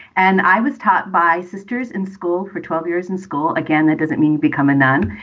and i was taught by sisters in school for twelve years in school. again, that doesn't mean you become a nun.